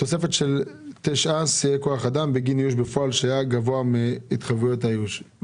תוספת של 9 שיאי כוח אדם בגין איוש בפועל שהיה גבוה מהתחייבויות האיוש.